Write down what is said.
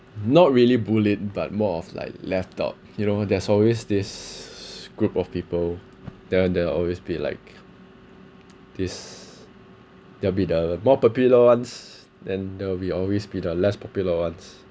not really bullied but more of like left out you know there's always this group of people there are there are always be like this there will be the more popular ones then there will be always be the less popular ones